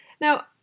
Now